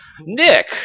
Nick